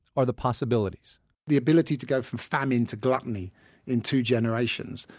are the possibilities the ability to go from famine to gluttony in two generations,